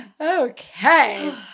Okay